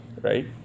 Right